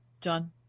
John